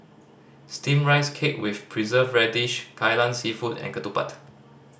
Steamed Rice Cake with Preserved Radish Kai Lan Seafood and ketupat